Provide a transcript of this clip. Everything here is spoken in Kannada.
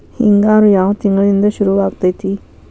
ಹಿಂಗಾರು ಯಾವ ತಿಂಗಳಿನಿಂದ ಶುರುವಾಗತೈತಿ?